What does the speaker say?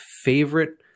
favorite